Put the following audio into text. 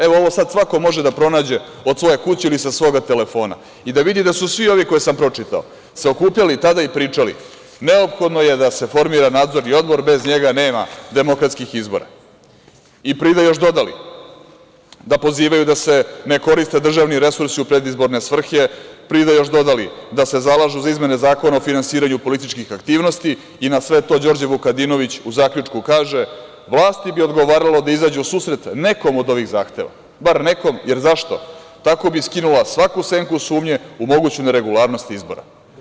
Evo, ovo sad svako može da pronađe od svoje kuće ili sa svog telefona i da vidi da su se svi ovi koje sam pročitao se okupljali tada i pričali – neophodno je da se formira Nadzorni odbor, bez njega nema demokratskih izbor i pride još dodali da pozivaju da se ne koriste državni resursi u predizborne svrhe, pride još dodali da se zalažu za izmene Zakona o finansiranju političkih aktivnosti i na sve to Đorđe Vukadinović u zaključku kaže – vlasti bi odgovaralo da izađu u susret nekom od ovih zahteva, bar nekom, jer tako bi skinula svaku senku sumnje u moguću neregularnost izbora.